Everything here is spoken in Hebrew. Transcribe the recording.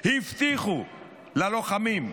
הבטיחו ללוחמים: